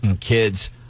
Kids